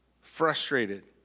frustrated